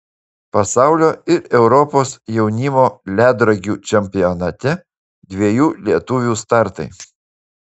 pasaulio ir europos jaunimo ledrogių čempionate dviejų lietuvių startai